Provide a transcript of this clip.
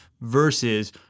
versus